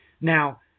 now